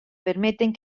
permeten